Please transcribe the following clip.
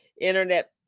internet